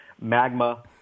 magma